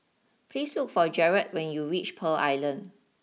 please look for Jarrett when you reach Pearl Island